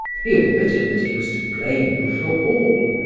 he admitted that he was to blame for all,